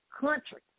country